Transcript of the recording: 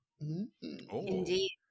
Indeed